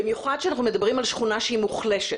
במיוחד שאנחנו מדברים על שכונה שהיא מוחלשת.